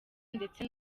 ndetse